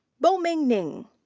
boming ning.